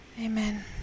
Amen